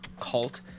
cult